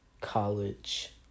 College